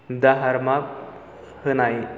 दाहारमाक होनाय